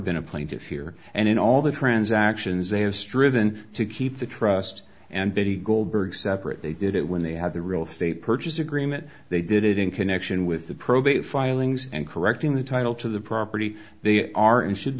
been a plaintiff here and in all the transactions they have striven to keep the trust and betty goldberg separate they did it when they have the real estate purchase agreement they did it in connection with the probate filings and correcting the title to the property they are and should